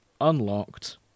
unlocked